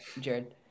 Jared